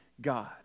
God